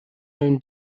own